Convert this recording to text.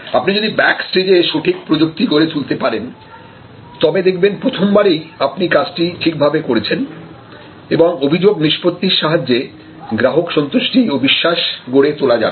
আপনি যদি ব্যাক স্টেজে সঠিক প্রযুক্তি গড়ে তুলতে পারেন তবে দেখবেন প্রথম বারেই আপনি কাজটি ঠিকভাবে করেছেন এবং অভিযোগ নিষ্পত্তির সাহায্যে গ্রাহক সন্তুষ্টি ও বিশ্বাস গড়ে তোলা যাবে